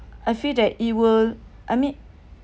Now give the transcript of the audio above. I feel that it will I mean